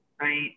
right